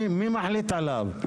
מי מחליט עליו?